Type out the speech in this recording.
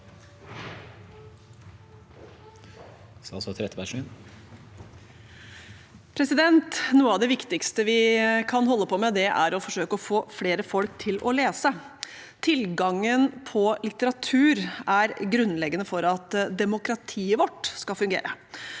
Noe av det viktigste vi kan holde på med, er å forsøke å få flere folk til å lese. Tilgangen på litteratur er grunnleggende for at demokratiet vårt skal fungere.